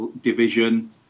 division